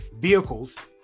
vehicles